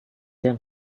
jam